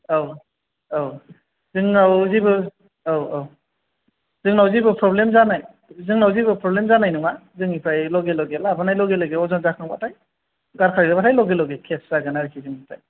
औ औ जोंनाव जेबो औ औ जोंनाव जेबो फ्रब्लेम जानाय जोंनाव जेबो फ्रब्लेम जानाय नङा जोंनिफ्राय लगे लगे लाबोनाय लगे लगे अजन जाखांबाथाय गारखां जोबबाथाय लगे लगे खेस जागोन आरो जोंनिफ्राय